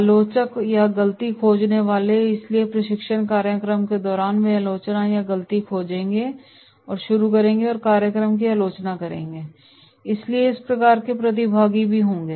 आलोचक या गलती खोजने वाले इसलिए प्रशिक्षण कार्यक्रम के दौरान वे आलोचना या गलती खोजक शुरू करेंगे और कार्यक्रम की आलोचना करेंगे इसलिए इस प्रकार के प्रतिभागी भी होंगे